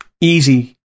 easy